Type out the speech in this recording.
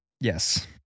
Yes